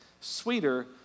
sweeter